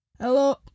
Hello